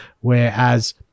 whereas